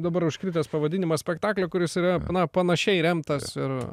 dabar užkritęs pavadinimas spektaklio kuris yra na panašiai remtas ir